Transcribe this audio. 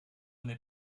n’est